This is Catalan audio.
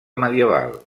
medieval